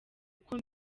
uko